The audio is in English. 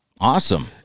Awesome